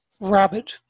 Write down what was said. Rabbit